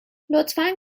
لطفا